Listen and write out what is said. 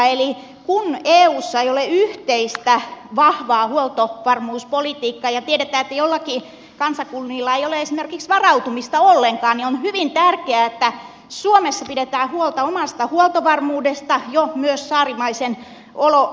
kun eussa ei ole yhteistä vahvaa huoltovarmuuspolitiikkaa ja tiedetään että joillakin kansakunnilla ei ole esimerkiksi varautumista ollenkaan niin on hyvin tärkeää että suomessa pidetään huolta omasta huoltovarmuudesta jo myös saarimaisen olomuotomme osalta